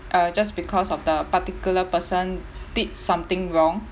uh just because of the particular person did something wrong